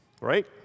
right